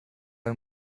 are